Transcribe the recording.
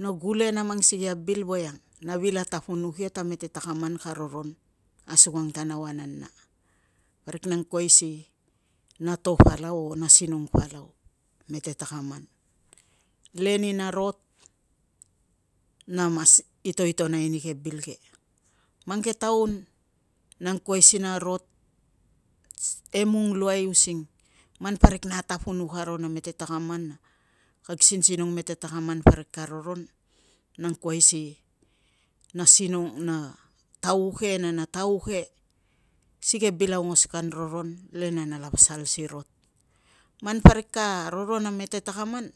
na gule na mang sikei a bil voiang na vil atapunuk ia ta mete takaman ka roron asukang ta nau a nana. Parik na angkuai si na to palau o na sinong palau mete takaman, le ni na rot na mas itoitonai ni ke bil ke. Mang ke taun na angkuai si na rot emung luai using man parik na atapunuk aro na mete takaman, kag sinsinong mete takaman parik ka roron na angkuai si na tauke na na tauke si ke bil aungos kan roron le na nala pasal si rot. Man parik ka roron a mete takaman,